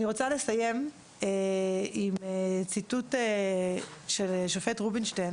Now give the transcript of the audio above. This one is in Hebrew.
אני רוצה לסיים את ציטוט של השופט רובינשטיין